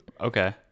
Okay